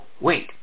wait